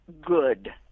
good